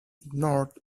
ignored